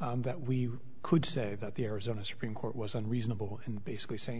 that we could say that the arizona supreme court was unreasonable in basically saying